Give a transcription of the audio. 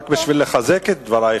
רק בשביל לחזק את דברייך,